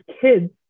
kids